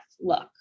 look